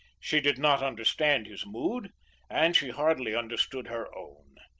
she did not understand his mood and she hardly understood her own.